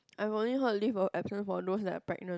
I only heard leave of absence for those who are pregnant